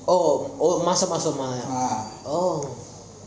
oh மாச மாசம் எச்:masa masam eh oh